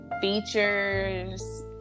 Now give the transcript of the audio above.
features